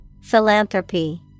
Philanthropy